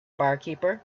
barkeeper